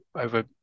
over